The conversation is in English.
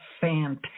fantastic